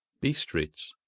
bistritz.